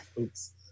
Oops